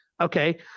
Okay